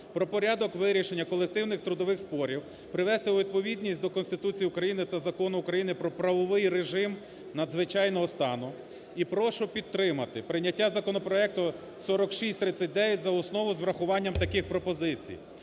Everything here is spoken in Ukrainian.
"Про порядок вирішення колективних трудових спорів" привести у відповідність до Конституції України та Закону України "Про правовий режим надзвичайного стану". І прошу підтримати прийняття законопроекту 4639 за основу, з врахуванням таких пропозицій.